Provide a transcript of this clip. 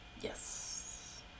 Yes